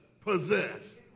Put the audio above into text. possessed